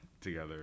together